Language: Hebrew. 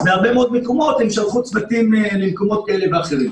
אז בהרבה מאוד מקומות הם שלחו צוותים למקומות כאלה ואחרים.